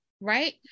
right